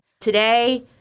Today